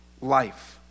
life